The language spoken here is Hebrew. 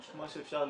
מה שאפשר לראות,